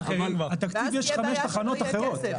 לתקציב יש חמש תחנות אחרות.